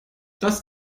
das